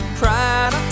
pride